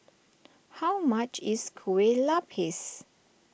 how much is Kue Lupis